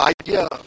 idea